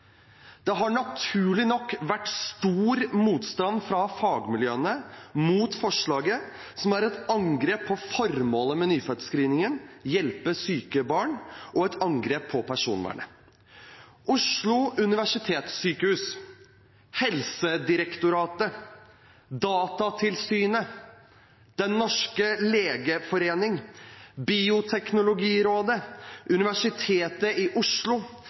Det har naturlig nok vært stor motstand fra fagmiljøene mot forslaget, som er et angrep på formålet med nyfødtscreeningen – å hjelpe syke barn – og et angrep på personvernet. Oslo universitetssykehus, Helsedirektoratet, Datatilsynet, Den norske legeforening, Bioteknologirådet, Universitetet i Oslo,